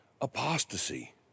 apostasy